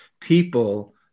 people